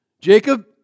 Jacob